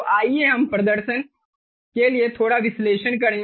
तो आइए हम प्रदर्शन के लिए थोड़ा विश्लेषण करें